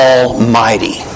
Almighty